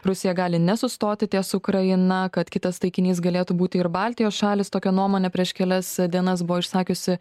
rusija gali nesustoti ties ukraina kad kitas taikinys galėtų būti ir baltijos šalys tokią nuomonę prieš kelias dienas buvo išsakiusi